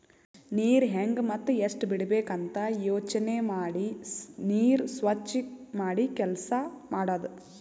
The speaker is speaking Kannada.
ನೀರ್ ಹೆಂಗ್ ಮತ್ತ್ ಎಷ್ಟ್ ಬಿಡಬೇಕ್ ಅಂತ ಯೋಚನೆ ಮಾಡಿ ನೀರ್ ಸ್ವಚ್ ಮಾಡಿ ಕೆಲಸ್ ಮಾಡದು